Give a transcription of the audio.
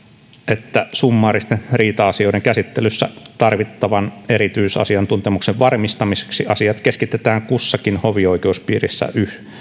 että summaaristen riita asioiden käsittelyssä tarvittavan erityisasiantuntemuksen varmistamiseksi asiat keskitetään kussakin hovioikeuspiirissä